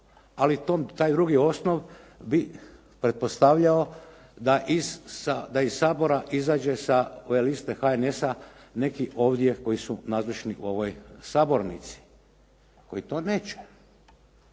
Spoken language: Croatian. ali taj drugi osnov bi pretpostavljao da iz Sabora izađe sa ove liste HNS-a neki ovdje koji su nazočni u ovoj sabornici koji to neće.